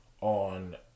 on